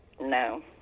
No